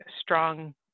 strong